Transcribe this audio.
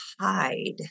hide